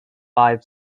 five